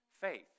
Faith